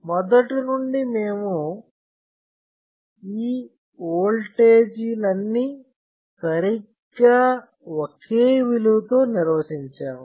మొదటి నుండి మేము ఈ వోల్టేజీలన్నీ సరిగ్గా ఒకే విలువతో నిర్వచించాము